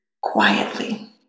quietly